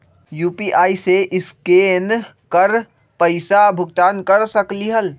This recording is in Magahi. यू.पी.आई से स्केन कर पईसा भुगतान कर सकलीहल?